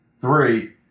three